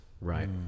Right